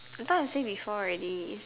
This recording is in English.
I thought I say before already